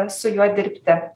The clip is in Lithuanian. su juo dirbti